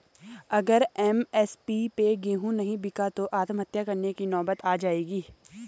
अगर एम.एस.पी पे गेंहू नहीं बिका तो आत्महत्या करने की नौबत आ जाएगी